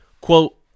Quote